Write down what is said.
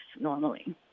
normally